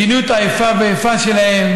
מדיניות האיפה ואיפה שלהם,